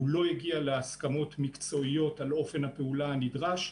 הוא לא הגיע להסכמות מקצועיות על אופן הפעולה הנדרש.